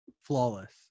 flawless